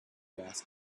gas